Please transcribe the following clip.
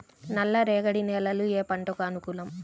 నల్ల రేగడి నేలలు ఏ పంటకు అనుకూలం?